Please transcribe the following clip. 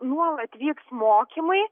nuolat vyks mokymai